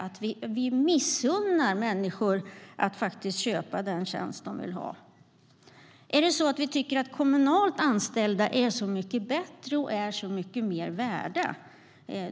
Ska vi missunna människor att köpa den tjänst de vill ha? Tycker man att kommunalt anställda är mycket bättre och mer värda?